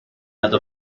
other